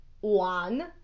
one